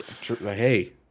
Hey